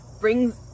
brings